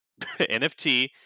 NFT